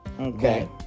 Okay